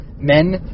men